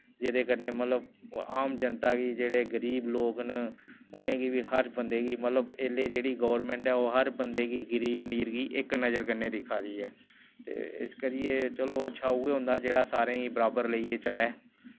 जेह्दे कन्नै मतलव आम जनता गी जेह्ड़े गरीब लोग न उनेंगी बी हर बंदे गी मतलव इसलै जेह्ड़ी गौरमैंट औह् हर बंदे गी गरीब अमीर गी इक्क नज़र कन्नै दिक्खा दी ऐ ते इस करियै चलो अच्छा उऐ होंदा जेह्ड़ा सारें गी बराबर लेइयै चलै